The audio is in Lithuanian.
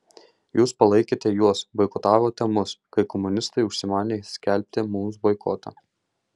jūs palaikėte juos boikotavote mus kai komunistai užsimanė skelbti mums boikotą